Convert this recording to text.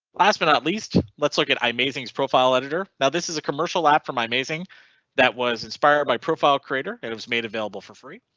last but not least let's look at i amazing profile editor now, this is a commercial app for my amazing that was inspired by profile creator, and it was made available for free.